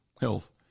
health